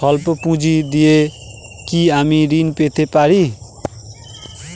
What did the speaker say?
সল্প পুঁজি দিয়ে কি আমি ঋণ পেতে পারি?